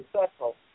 successful